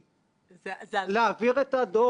אני מקווה מאוד...